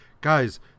guys